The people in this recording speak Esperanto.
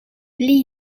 pli